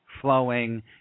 flowing